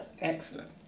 Excellent